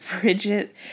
bridget